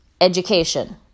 education